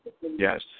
Yes